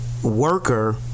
Worker